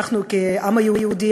אנחנו כעם היהודי,